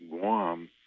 Guam